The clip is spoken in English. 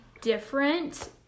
different